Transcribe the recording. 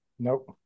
Nope